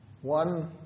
one